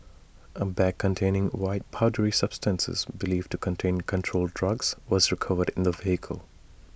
A bag containing white powdery substances believed to contain controlled drugs was recovered in the vehicle